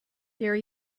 there